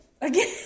Again